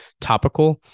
topical